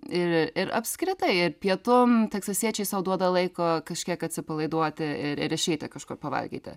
ir ir apskritai ir pietum teksasiečiai sau duoda laiko kažkiek atsipalaiduoti ir ir išeiti kažkur pavalgyti